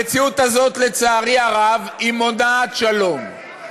המציאות הזאת, לצערי הרב, מונעת שלום.